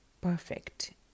perfect